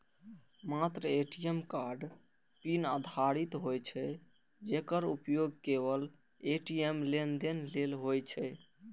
मात्र ATM card PIN आधारित होइ छै, जेकर उपयोग केवल ए.टी.एम लेनदेन लेल होइ छै